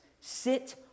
Sit